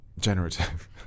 generative